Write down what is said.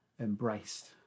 embraced